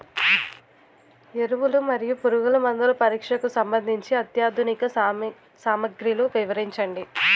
ఎరువులు మరియు పురుగుమందుల పరీక్షకు సంబంధించి అత్యాధునిక సామగ్రిలు వివరించండి?